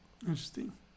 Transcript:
interesting